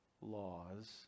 laws